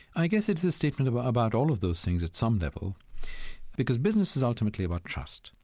i guess it's a statement about about all of those things at some level because business is ultimately about trust.